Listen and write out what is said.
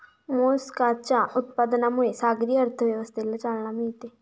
मोलस्काच्या उत्पादनामुळे सागरी अर्थव्यवस्थेला चालना मिळते